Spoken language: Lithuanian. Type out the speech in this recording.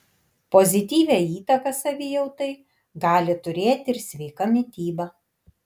pozityvią įtaką savijautai gali turėti ir sveika mityba